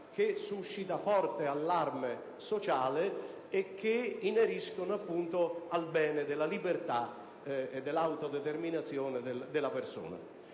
che suscitano forte allarme sociale e che ineriscono al bene della libertà e dell'autodeterminazione della persona.